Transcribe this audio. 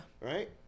right